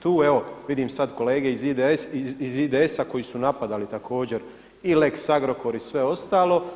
Tu evo vidim sad kolege iz IDS-a koji su napadali također i lex Agrokor i sve ostalo.